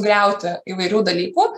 griauti įvairių dalykų